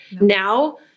Now